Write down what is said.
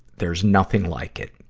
there's nothing like it.